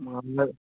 ಮೊದ್ಲ